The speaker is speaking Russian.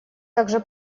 также